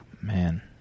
Man